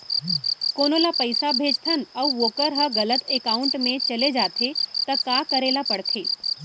कोनो ला पइसा भेजथन अऊ वोकर ह गलत एकाउंट में चले जथे त का करे ला पड़थे?